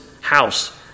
house